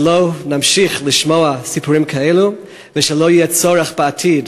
שלא נמשיך לשמוע סיפורים כאלה ושלא יהיה צורך בעתיד